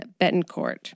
Betancourt